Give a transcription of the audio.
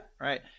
right